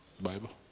Bible